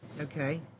Okay